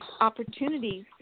opportunities